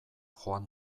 joan